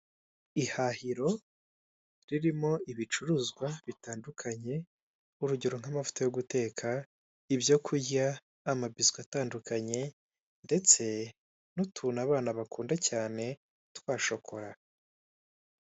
Ihahiro ririmo ibicuruzwa bitandukanye, urugero nk'amavuta yo guteka, ibyo kurya, amabiswi atandukanye ndetse n'utuntu abana bakunda cyane twa shokora.